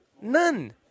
None